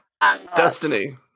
destiny